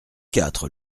quatre